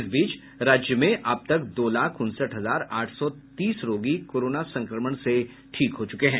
इस बीच राज्य में अब तक दो लाख उनसठ हजार आठ सौ तीस रोगी कोरोना संक्रमण से ठीक हो चुके हैं